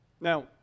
Now